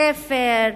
ספרים,